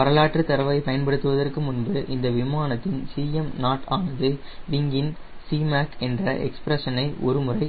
வரலாற்றுத் தரவைப் பயன்படுத்துவதற்கு முன்பு இந்த விமானத்தின் Cm0 ஆனது விங்கின் Cmac என்ற எக்ஸ்பிரஷனை ஒரு முறை